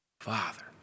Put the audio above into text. Father